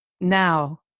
now